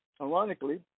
Ironically